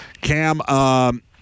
Cam